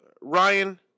Ryan